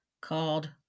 called